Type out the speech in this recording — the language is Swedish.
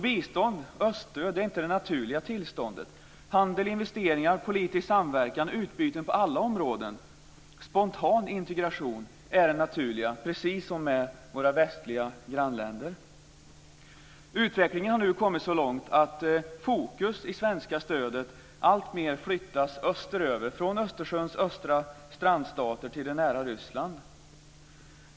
Bistånd, öststöd, är inte det naturliga tillståndet. Handel, investeringar, politisk samverkan, utbyten på alla områden, spontan integration är det naturliga, precis som med våra västliga grannländer. Utvecklingen har nu kommit så långt att fokus i det svenska stödet alltmer flyttas österöver, från Östersjöns östra strandstater till det nära Ryssland.